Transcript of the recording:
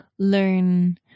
Learn